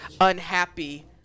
unhappy